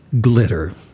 Glitter